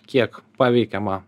kiek paveikiama